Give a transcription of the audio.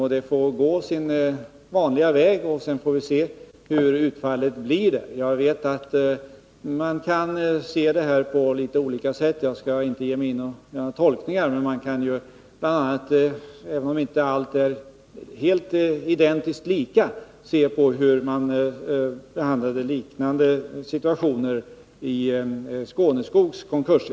Arbetet måste fortgå på vanligt sätt. Sedan får vi se vilket utfall det blir. Jag vet att man kan se det hela på litet olika sätt. Jag skall inte ge mig in på några tolkningar, men även om allt inte är identiskt lika kan man se hur behandlingen blev i liknande situationer vid Skåneskogs konkurs.